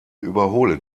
überhole